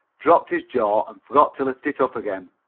dropped his jaw and forgot to lift it up again.